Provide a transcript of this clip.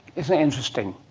isn't it interesting.